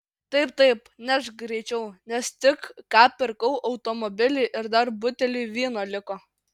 taip taip nešk greičiau nes tik ką pirkau automobilį ir dar buteliui vyno liko